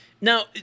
Now